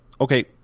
okay